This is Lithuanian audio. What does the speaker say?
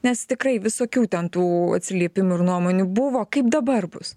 nes tikrai visokių ten tų atsiliepimų ir nuomonių buvo kaip dabar bus